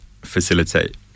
facilitate